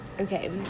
Okay